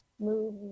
move